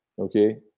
okay